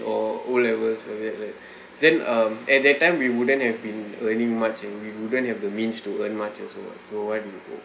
or O levels where we had like then um at that time we wouldn't have been earning much and we wouldn't have the means to earn much also ah so why do you